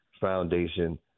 Foundation